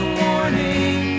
warning